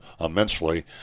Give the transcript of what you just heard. immensely